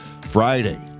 Friday